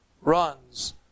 runs